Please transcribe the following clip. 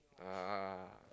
uh